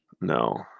No